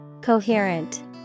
Coherent